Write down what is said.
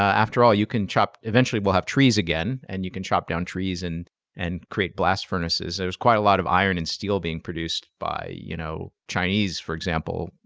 after all, you can chop, eventually we'll have trees again, and you can chop down trees and and create blast furnaces. there was quite a lot of iron and steel being produced by, you know, chinese for example,